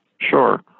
Sure